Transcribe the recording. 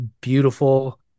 beautiful